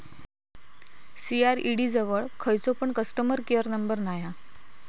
CRED जवळ खयचो पण कस्टमर केयर नंबर नाय हा